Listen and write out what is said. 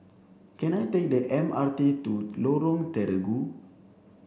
can I take the M R T to Lorong Terigu